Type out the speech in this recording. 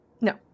no